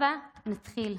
הבה נתחיל.